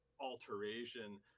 alteration